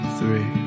three